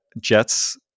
jets